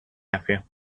happier